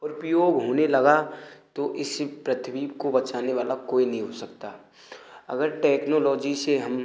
दुरुपयोग होने लगा तो इस पृथ्वी को बचाने वाला कोई नहीं हो सकता अगर टेक्नोलोजी से हम